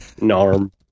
Norm